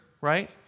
right